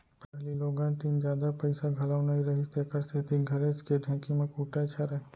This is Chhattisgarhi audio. पहिली लोगन तीन जादा पइसा घलौ नइ रहिस तेकर सेती घरेच के ढेंकी म कूटय छरय